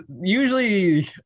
usually